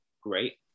great